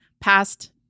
past